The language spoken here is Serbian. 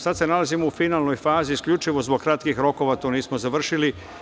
Sad se nalazimo u finalnoj fazi, isključivo zbog kratkih rokova to nismo završili.